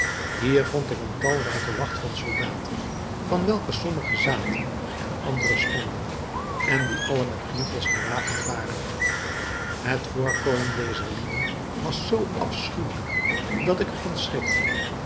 hier vond ik eene talrijke wacht van soldaten van welke sommige zaten en andere stonden en die alle met knuppels gewapend waren het voorkomen dezer lieden was zoo afschuwelijk dat ik er van schrikte